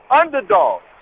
underdogs